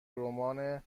رمان